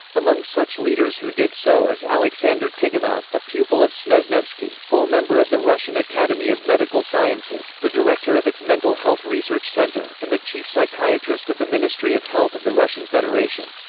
among such leaders who did so is aleksandr tiganov, a pupil of snezhnevsky, full member of the russian academy of medical sciences, the director of its mental health research center, and the chief psychiatrist of the ministry of health of the russian federation.